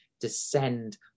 descend